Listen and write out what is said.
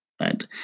right